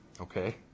Okay